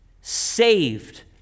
saved